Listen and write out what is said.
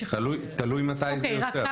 אבל תלוי מתי זה יוצא.